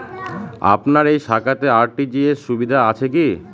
আপনার এই শাখাতে আর.টি.জি.এস সুবিধা আছে কি?